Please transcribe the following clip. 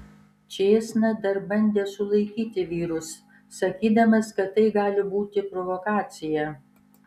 čėsna dar bandė sulaikyti vyrus sakydamas kad tai gali būti provokacija